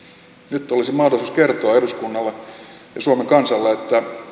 nyt olisi mahdollisuus kertoa eduskunnalle ja suomen kansalle